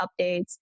updates